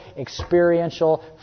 experiential